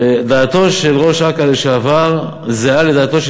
דעתו של ראש אכ"א לשעבר זהה לדעתו של